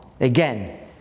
Again